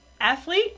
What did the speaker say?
athlete